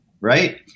right